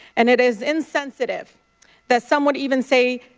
and it is insensitive that some would even say